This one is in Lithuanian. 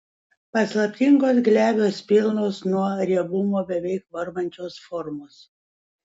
paslaptingos glebios pilnos nuo riebumo beveik varvančios formos